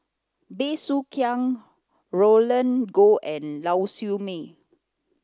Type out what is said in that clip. Bey Soo Khiang Roland Goh and Lau Siew Mei